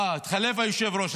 אה, התחלף היושב-ראש.